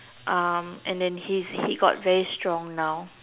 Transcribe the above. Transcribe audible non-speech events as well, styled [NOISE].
um and then he's he [BREATH] got very strong now